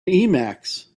emacs